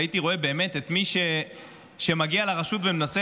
והייתי רואה באמת את מי שמגיע לרשות ומנסה